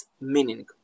meaning